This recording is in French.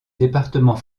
département